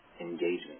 engagement